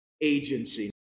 agency